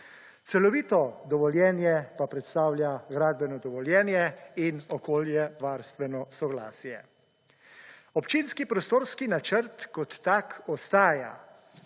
Celovito dovoljenje pa predstavlja gradbeno dovoljenje in okoljevarstveno soglasje. Občinski prostorski načrt kot tak ostaja.